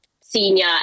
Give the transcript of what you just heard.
senior